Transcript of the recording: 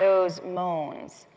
those moans,